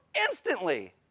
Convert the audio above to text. instantly